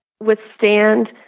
withstand